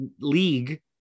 league –